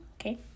okay